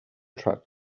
truck